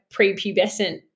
prepubescent